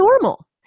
normal